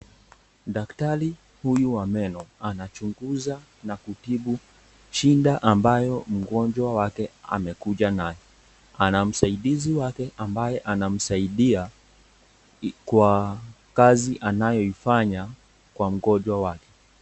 Daktari huyu wa meno anachunguza na kutibu shida ambayo mgonjwa wake amekuja nayo. Ana msaidizi wake ambaye anamsaidia kwa kazi anayoifanya kwa mgonjwa wake.